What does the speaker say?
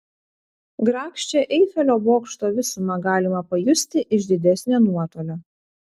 grakščią eifelio bokšto visumą galima pajusti iš didesnio nuotolio